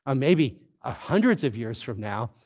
ah maybe ah hundreds of years from now,